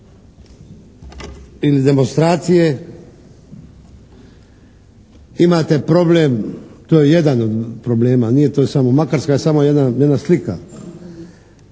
ili demonstracije. Imate problem, to je jedan od problema, Makarska je samo jedna slika.